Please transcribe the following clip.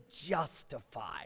justify